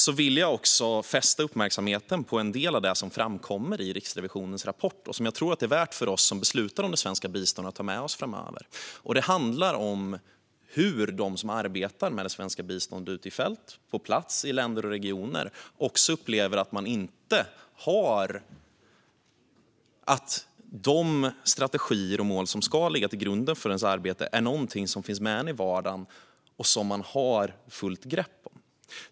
Med detta sagt vill jag fästa uppmärksamheten på en del av det som framkommer i Riksrevisionens rapport och som jag tror att det är värdefullt för oss som beslutar om det svenska biståndet att ha med oss framöver. Det handlar om hur de som arbetar med det svenska biståndet på plats i länder och regioner upplever att de inte har fullt grepp om de strategier och mål som ska ligga till grund för deras arbete och finnas med i vardagen.